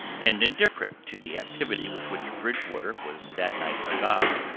and indifferent to the activity with which bridgewater was that night agog,